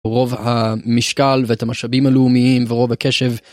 רוב המשקל ואת המשאבים הלאומיים ורוב הקשב.